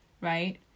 right